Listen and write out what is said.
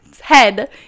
head